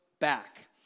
back